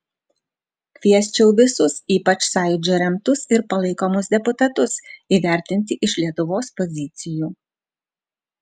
kviesčiau visus ypač sąjūdžio remtus ir palaikomus deputatus įvertinti iš lietuvos pozicijų